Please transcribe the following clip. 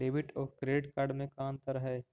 Debit और credit card में का अंतर है?